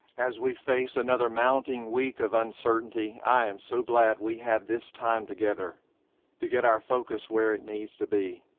as we face another mounting week of uncertainty, i am so glad we had this time together to get our focus where it needs to be.